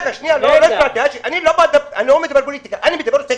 אני לא מדבר פוליטיקה, אני מדבר על כסף.